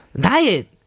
Diet